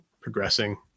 progressing